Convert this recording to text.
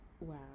Wow